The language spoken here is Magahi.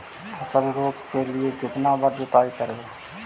फसल रोप के लिय कितना बार जोतई करबय?